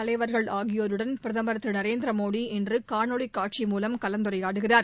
தலைவர்கள் ஆகியோருடன் பிரதமர் திரு நரேந்திர மோடி இன்று காணொலி காட்சி மூலம் கலந்துரையாடுகிறார்